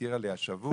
הזכירה לי השבוע,